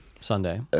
Sunday